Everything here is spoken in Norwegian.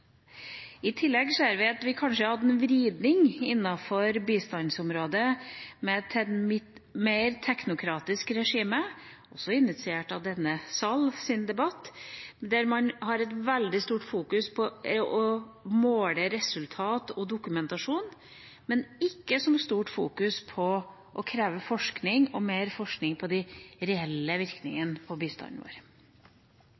I tillegg ser vi at vi kanskje har hatt en vridning innenfor bistandsområdet til et mer teknokratisk regime, også initiert av debatten i denne sal, der man fokuserer veldig mye på å måle resultat og dokumentasjon, men ikke så mye på å kreve mer forskning på de reelle